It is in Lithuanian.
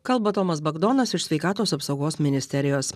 kalba tomas bagdonas iš sveikatos apsaugos ministerijos